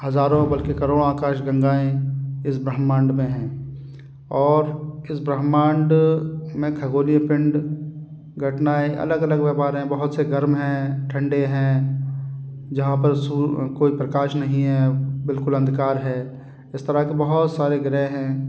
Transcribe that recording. हज़ारों बल्कि करोड़ों आकाश गंगाएं इस ब्रह्मांड में हैं और इस ब्रह्मांड में खगोलीय पिंड घटनाएं अलग अलग व्यवहार है बहुत से गर्म हैं ठंडे है जहाँ पर सु कोई प्रकाश नहीं है बिल्कुल अंधकार है इस तरह के बहुत सारे ग्रह है